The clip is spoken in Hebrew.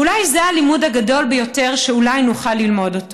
ואולי זה הלימוד הגדול ביותר שנוכל ללמוד: